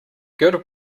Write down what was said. good